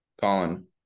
Colin